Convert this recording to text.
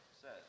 says